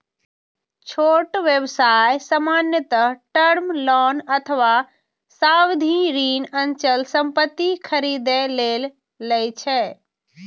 छोट व्यवसाय सामान्यतः टर्म लोन अथवा सावधि ऋण अचल संपत्ति खरीदै लेल लए छै